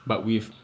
but with